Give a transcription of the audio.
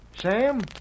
Sam